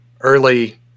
early